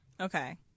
Okay